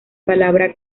palabra